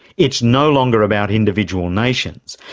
it's no longer about individual nations,